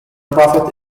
profit